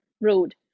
road